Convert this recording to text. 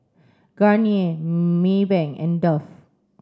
Garnier Maybank and Dove